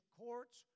courts